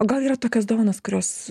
o gal yra tokios dovanos kurios